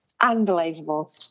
Unbelievable